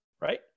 Right